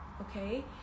okay